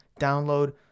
download